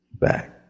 back